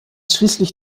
schließlich